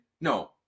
No